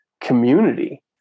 community